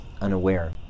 unaware